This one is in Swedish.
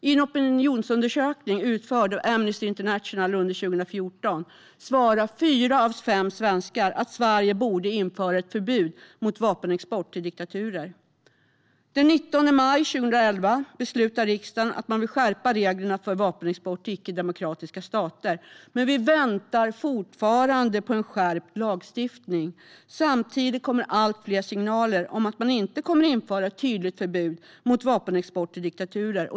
I en opinionsundersökning utförd av Amnesty International under 2014 svarade fyra av fem svenskar att Sverige borde införa ett förbud mot vapenexport till diktaturer. Den 19 maj 2011 beslutade riksdagen att man vill skärpa reglerna för vapenexport till icke-demokratiska stater. Men vi väntar fortfarande på en skärpt lagstiftning. Samtidigt kommer allt fler signaler om att man inte kommer att införa ett tydligt förbud mot vapenexport till diktaturer.